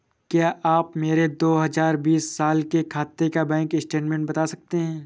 क्या आप मेरे दो हजार बीस साल के खाते का बैंक स्टेटमेंट बता सकते हैं?